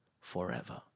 forever